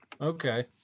Okay